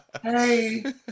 Hey